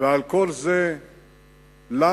וכל זה למה?